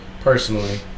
personally